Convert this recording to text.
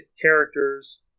characters